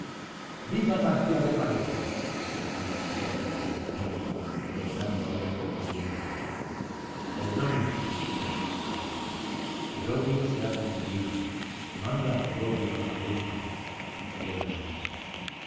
viva garcía de paredes exclamaron entonces los españoles rodeando al héroe moribundo celedonio murmuró el farmacéutico el opio se ha concluido manda por opio a la coruña y cayó de rodillas